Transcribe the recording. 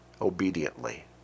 obediently